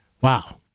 wow